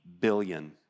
billion